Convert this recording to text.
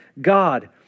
God